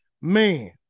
man